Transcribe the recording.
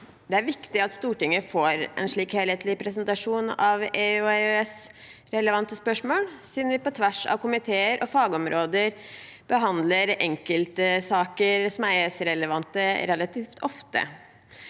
Det er viktig at Stortinget får en slik helhetlig presentasjon av EU- og EØS-relevante spørsmål, siden vi på tvers av komiteer og fagområder relativt ofte behandler enkeltsaker som er EØS-relevante. Jeg vil i